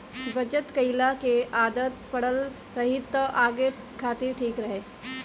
बचत कईला के आदत पड़ल रही त आगे खातिर ठीक रही